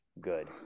good